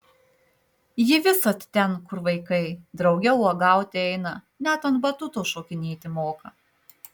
ji visad ten kur vaikai drauge uogauti eina net ant batuto šokinėti moka